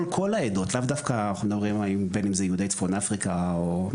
כל העדות לאו דווקא בין אם זה יוצאי צפון אפריקה או,